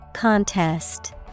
Contest